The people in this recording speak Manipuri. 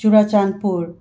ꯆꯨꯔꯆꯥꯟꯄꯨꯔ